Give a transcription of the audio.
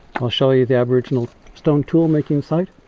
i'll show you the aboriginal stone tool making site.